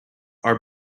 are